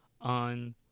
on